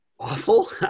Awful